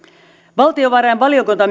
valtiovarainvaliokunta